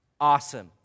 Awesome